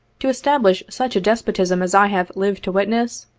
to establish such a despotism as i have lived to witness,